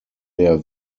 der